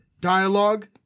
dialogue